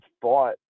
fought